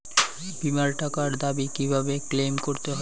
বিমার টাকার দাবি কিভাবে ক্লেইম করতে হয়?